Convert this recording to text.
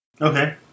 Okay